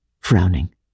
frowning